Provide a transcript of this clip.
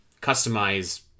customize